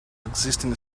existing